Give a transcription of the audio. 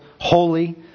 holy